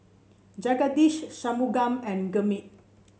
Jagadish Shunmugam and Gurmeet